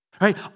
Right